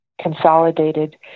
consolidated